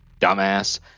dumbass